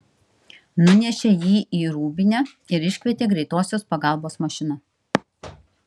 nunešė jį į rūbinę ir iškvietė greitosios pagalbos mašiną